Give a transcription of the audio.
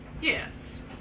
Yes